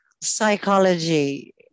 psychology